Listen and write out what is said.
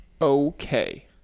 Okay